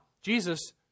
Jesus